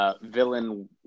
villain